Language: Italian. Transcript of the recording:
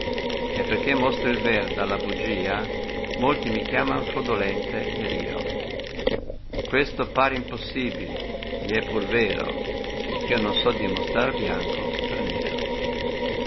e perchè mostro il ver da la bugia molti mi ohiaman frodolente e rio questo par impossibil gli è pur vero ch io non so dimostrar bianco per nero